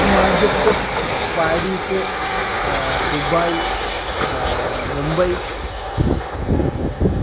Manchester Paris Dubai Mumbai